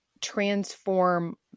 transform